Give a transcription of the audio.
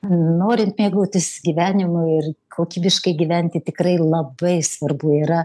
norint mėgautis gyvenimu ir kokybiškai gyventi tikrai labai svarbu yra